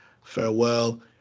farewell